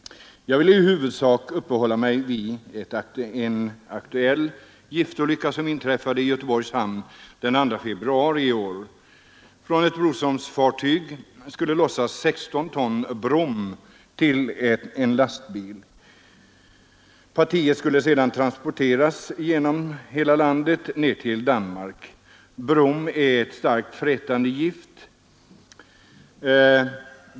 Jag vill i huvudsak uppehålla mig vid en aktuell giftolycka, som inträffade i Göteborgs hamn den 2 februari i år. Från ett Broströmsfartyg skulle lossas 16 ton brom till en lastbil. Partiet skulle sedan transporteras genom hela landet ned till Danmark. Brom är ett starkt frätande gift.